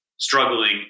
struggling